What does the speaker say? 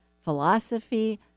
philosophy